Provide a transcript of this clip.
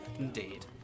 Indeed